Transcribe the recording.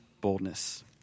boldness